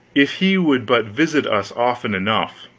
if he would but visit us often enough.